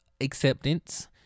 acceptance